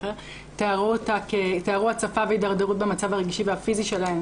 תיארו הצפה והתדרדרות במצב הרגשי והפיזי שלהן,